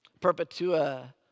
Perpetua